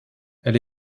elle